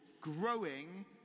growing